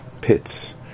pits